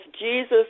Jesus